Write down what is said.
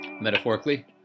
metaphorically